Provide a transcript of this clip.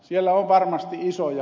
siellä on varmasti isoja